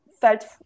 felt